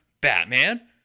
Batman